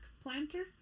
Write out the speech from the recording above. planter